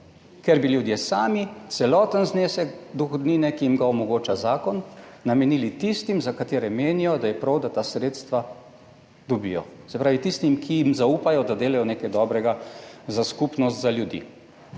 ker bi ljudje sami celoten znesek dohodnine, ki jim ga omogoča zakon, namenili tistim, za katere menijo, da je prav, da ta sredstva dobijo, se pravi tistim, ki jim zaupajo, da delajo nekaj dobrega za skupnost, za ljudi.